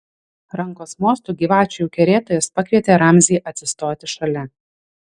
rankos mostu gyvačių kerėtojas pakvietė ramzį atsistoti šalia